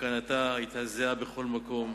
הקרנתה היתה זהה בכל מקום.